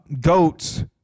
goats